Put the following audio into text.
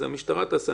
זה המשטרה תעשה.